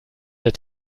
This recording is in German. der